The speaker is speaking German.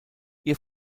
ihr